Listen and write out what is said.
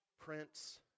Prince